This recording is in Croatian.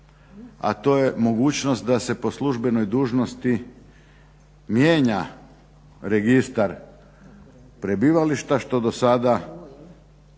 a to je mogućnost da se po službenoj dužnosti mijenja registar prebivališta što do sada